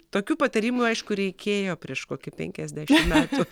tokių patarimų aišku reikėjo prieš kokį penkiasdešim metų